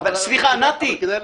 אבל כדאי להקשיב.